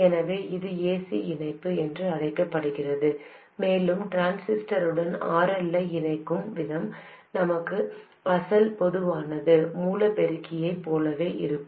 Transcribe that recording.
எனவே இது ac இணைப்பு என்று அழைக்கப்படுகிறது மேலும் டிரான்சிஸ்டருடன் RL ஐ இணைக்கும் விதம் நமது அசல் பொதுவான மூல பெருக்கியைப் போலவே இருக்கும்